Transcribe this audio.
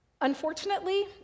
Unfortunately